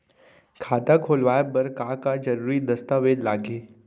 खाता खोलवाय बर का का जरूरी दस्तावेज लागही?